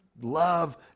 love